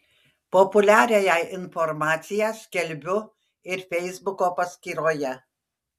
populiariąją informaciją skelbiu ir feisbuko paskyroje